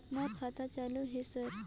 मोर खाता चालु हे सर?